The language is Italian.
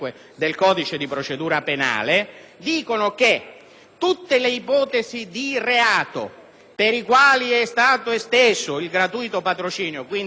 tutte le ipotesi di reato per le quali è stato esteso il gratuito patrocinio (quindi la violenza sessuale e quant'altro) è esteso